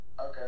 Okay